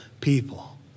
people